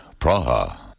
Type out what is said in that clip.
Praha